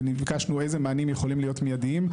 וביקשנו איזה מענים יכולים להיות מידיים.